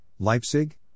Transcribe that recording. Leipzig